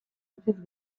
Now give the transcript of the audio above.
utziz